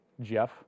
Jeff